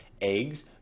eggs